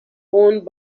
owned